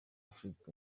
affleck